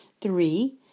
three